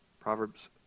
Proverbs